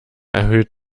erhöht